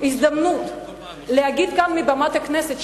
הזדמנות להגיד גם מבמת הכנסת,